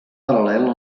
paral·lel